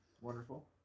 Wonderful